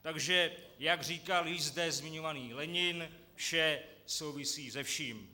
Takže jak říkal již zde zmiňovaný Lenin, vše souvisí se vším.